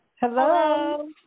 Hello